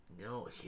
no